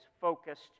focused